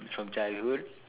from childhood